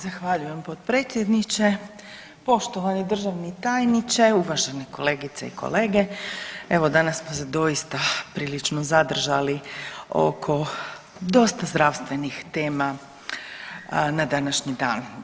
Zahvaljujem potpredsjedniče, poštovani državni tajniče, uvažene kolegice i kolege evo danas smo se doista prilično zadržali oko dosta zdravstvenih tema na današnji dan.